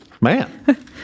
Man